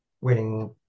winning